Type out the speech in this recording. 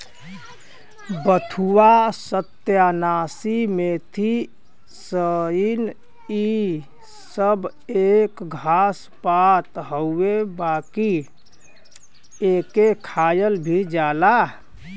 बथुआ, सत्यानाशी, मेथी, सनइ इ सब एक घास पात हउवे बाकि एके खायल भी जाला